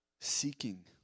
seeking